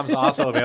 awesome